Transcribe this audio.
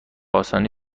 آسانی